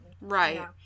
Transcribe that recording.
Right